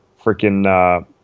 freaking